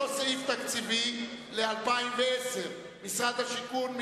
אותו סעיף תקציבי ל-2010, משרד השיכון.